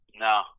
No